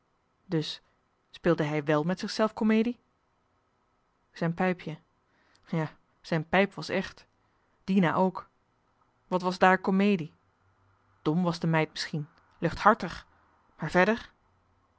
dus speelde hij wel met zichzelf komedie zijn pijpje ja zijn pijp was echt dina ook wat was daar komedie dom was de meid misschien luchthartig maar verder